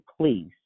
please